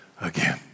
again